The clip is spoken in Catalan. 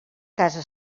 casa